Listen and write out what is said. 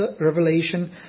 revelation